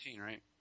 right